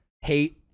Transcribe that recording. hate